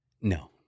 No